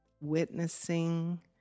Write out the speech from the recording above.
witnessing